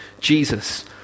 Jesus